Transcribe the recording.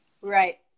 Right